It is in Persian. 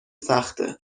سخته